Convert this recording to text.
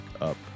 up